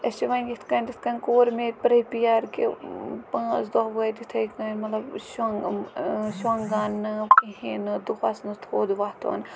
أسۍ چھِ وۄنۍ یِتھ کٔنۍ تِتھ کٔنۍ کوٚر مےٚ پرٛپِیَر کہِ پانٛژھ دۄہ وٲتۍ یِتھٕے کٔنۍ مطلب شۄنٛگ شۄنٛگان نہٕ کِہیٖنۍ نہٕ دۄہَس نہ تھوٚد وۄتھُن